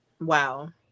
Wow